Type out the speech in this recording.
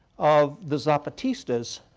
of the zapatistas.